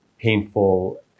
painful